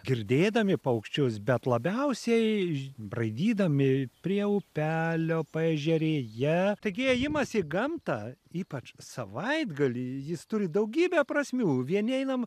girdėdami paukščius bet labiausiai braidydami prie upelio paežerėje taigi ėjimas į gamtą ypač savaitgalį jis turi daugybę prasmių vieni einam